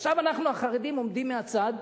עכשיו אנחנו, החרדים, עומדים מהצד,